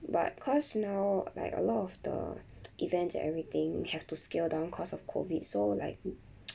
but cause now like a lot of the events and everything have to scale down cause of COVID so like